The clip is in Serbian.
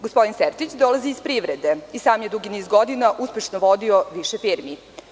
Gospodin Sertić dolazi iz privrede, i sam je dugi niz godina uspešno vodio više firmi.